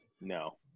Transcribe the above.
No